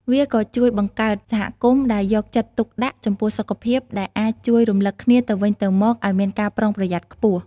វាក៏ជួយបង្កើតសហគមន៍ដែលយកចិត្តទុកដាក់ចំពោះសុខភាព ដែលអាចជួយរំលឹកគ្នាទៅវិញទៅមកឲ្យមានការប្រុងប្រយ័ត្នខ្ពស់។